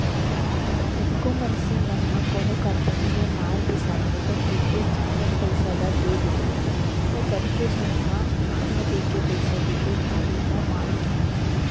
कतको मनसे मन ह कोनो कंपनी ले माल बिसाथे त तुरते चिक्कन पइसा ल दे देथे त कतको झन ह आधा देके पइसा देके उधारी म माल उठाथे